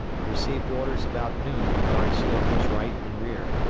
received orders about noon to guard slocum's right and rear.